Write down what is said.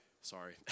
sorry